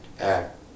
Act